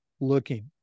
looking